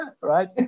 right